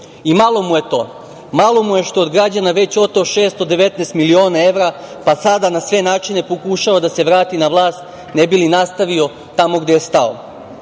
I malo mu je to. Malo mu je što je od građana već oteo 619 miliona evra, pa sada na sve načine pokušava da se vrati na vlast, ne bi li nastavio tamo gde je stao.